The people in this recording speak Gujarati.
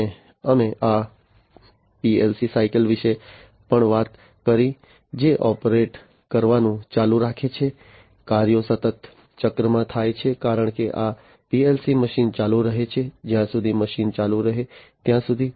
અને અમે આ પીએલસી સાયકલ વિશે પણ વાત કરી જે ઓપરેટ કરવાનું ચાલુ રાખે છે કાર્યો સતત ચક્રમાં થાય છે કારણ કે આ પીએલસી મશીન ચાલુ રહે છે જ્યાં સુધી મશીન ચાલુ રહે ત્યાં સુધી